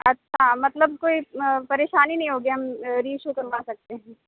اچھا مطلب کوئی پریشانی نہیں ہوگی ہم ری ایشو کروا سکتے ہیں